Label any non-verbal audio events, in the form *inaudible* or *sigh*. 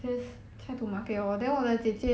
*laughs*